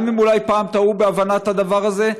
גם אם אולי פעם טעו בהבנת הדבר הזה.